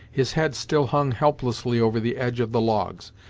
his head still hung helplessly over the edge of the logs,